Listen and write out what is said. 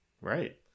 Right